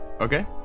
Okay